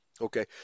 Okay